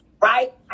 Right